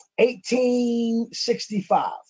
1865